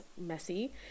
messy